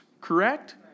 Correct